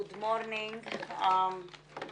אני